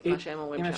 מה שהם אומרים.